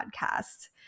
podcast